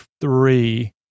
three